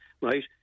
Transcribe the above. right